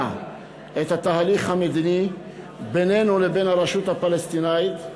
את התהליך המדיני בינינו לבין הרשות הפלסטינית,